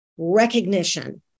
Recognition